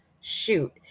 Shoot